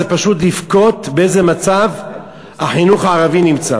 זה פשוט לבכות באיזה מצב החינוך הערבי נמצא,